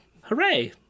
hooray